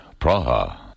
Praha